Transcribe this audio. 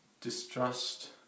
distrust